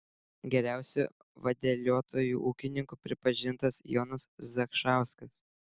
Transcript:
geriausiu vadeliotoju ūkininku pripažintas jonas zakšauskas